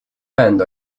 band